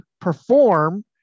perform